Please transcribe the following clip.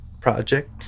project